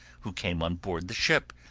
who came on board the ship,